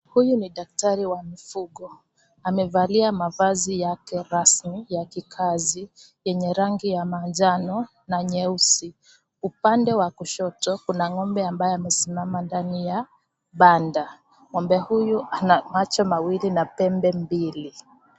Huyu ni daktari wa mifugo amevalia, mavazi yake rasmi ya kikazi yenye rangi ya manjano na nyeusi, upande wa kushoto kuna ng'ombe ambaye amesimama ndani ya panda.Ng'ombe huyu ana macho mawili na pembe mbili.